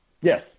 yes